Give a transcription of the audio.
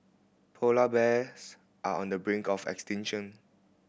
polar bears are on the brink of extinction